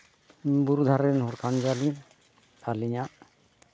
ᱵᱩᱨᱩ ᱫᱷᱟᱨᱮ ᱨᱮᱱ ᱦᱚᱲ ᱠᱟᱱ ᱜᱮᱭᱟᱞᱤᱧ ᱟᱹᱞᱤᱧᱟᱜ